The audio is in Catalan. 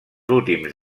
últims